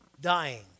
dying